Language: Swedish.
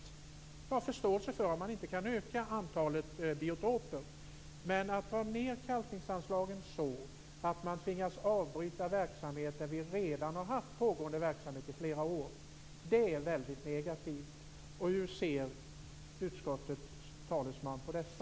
Jag har förståelse för att man inte kan öka antalet biotoper, men att minska kalkningsanslagen så, att man tvingas avbryta sedan flera år tillbaka pågående verksamhet är väldigt negativt. Hur ser utskottets talesman på detta?